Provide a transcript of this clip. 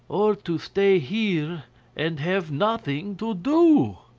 or to stay here and have nothing to do?